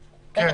מבינה.